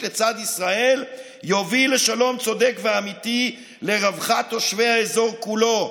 לצד ישראל יובילו לשלום צודק ואמיתי לרווחת תושבי האזור כולו.